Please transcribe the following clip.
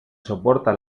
soporta